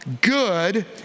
good